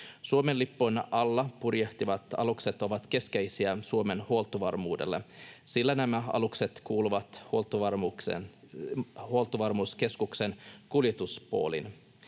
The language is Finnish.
Suomen lipun alla purjehtivat alukset ovat keskeisiä Suomen huoltovarmuudelle, sillä nämä alukset kuuluvat Huoltovarmuuskeskuksen kuljetuspooliin.